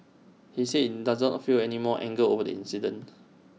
he said does not feel any more anger over the accident